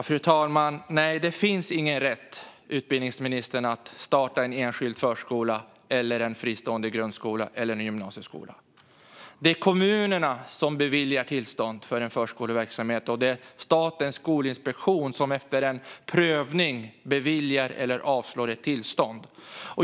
Fru talman! Nej, det finns ingen rätt, utbildningsministern, att starta en enskild förskola eller en fristående grundskola eller gymnasieskola. Det är kommunerna som beviljar tillstånd för en förskoleverksamhet, och det är Statens skolinspektion som efter en prövning beviljar eller avslår ett tillstånd.